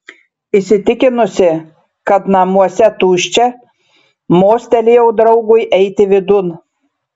įsitikinusi kad namuose tuščia mostelėjau draugui eiti vidun